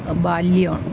ബാല്യമാണ്